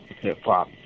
hip-hop